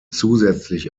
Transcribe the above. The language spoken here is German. zusätzlich